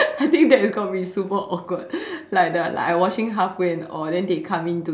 I think that is going to be super awkward like the like I washing halfway and or they come in to